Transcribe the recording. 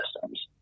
systems